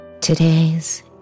Today's